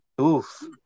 Oof